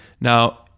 now